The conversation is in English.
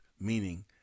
meaning